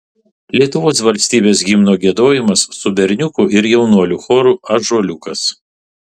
lietuvos valstybės himno giedojimas su berniukų ir jaunuolių choru ąžuoliukas